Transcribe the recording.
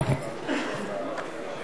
נא להצביע.